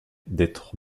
d’être